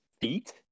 feet